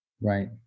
Right